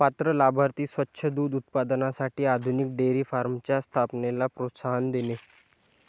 पात्र लाभार्थी स्वच्छ दूध उत्पादनासाठी आधुनिक डेअरी फार्मच्या स्थापनेला प्रोत्साहन देणे